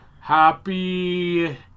Happy